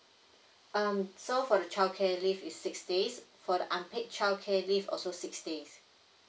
um so for the childcare leave is six days for the unpaid childcare leave also six days